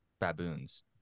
baboons